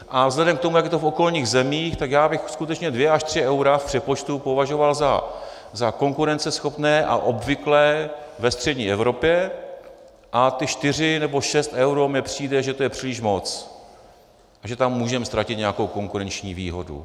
A vzhledem k tomu, jak je to v okolních zemích, tak bych skutečně dvě až tři eura v přepočtu považoval za konkurenceschopné a obvyklé ve střední Evropě, a ty čtyři až šest eur mi přijde, že to je příliš moc, že tam můžeme ztratit nějakou konkurenční výhodu.